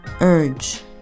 urge